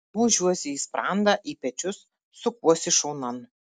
gūžiuosi į sprandą į pečius sukuosi šonan